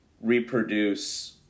reproduce